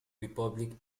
republic